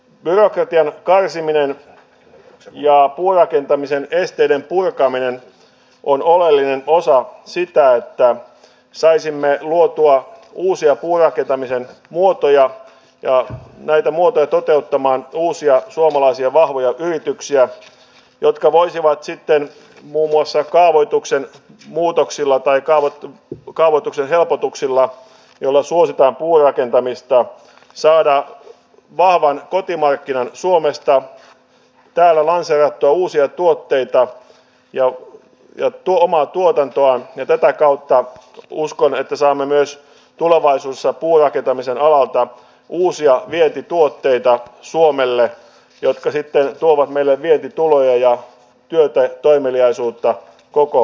byrokratian karsiminen ja puurakentamisen esteiden purkaminen on oleellinen osa siitä että saisimme luotua uusia puurakentamisen muotoja ja näitä muotoja toteuttamaan uusia suomalaisia vahvoja yrityksiä jotka voisivat sitten muun muassa kaavoituksen muutoksilla tai kaavoitetun kaavoituksen helpotuksilla joilla suositaan puurakentamista saada vahvan kotimarkkinan suomesta täällä lanseerattuja uusia tuotteita ja luku ja tuo omaa tuotantoaan ja tätä kautta uskon että sama myös tulevaisuudessa puurakentamisen alalta uusia vientituotteita on suomelle jotka sitten ovat eläviä tuloja joita toimeliaisuutta koko